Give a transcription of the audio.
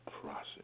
process